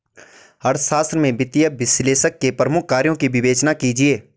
अर्थशास्त्र में वित्तीय विश्लेषक के प्रमुख कार्यों की विवेचना कीजिए